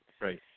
right